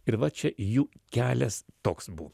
ir va čia jų kelias toks buvo